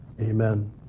amen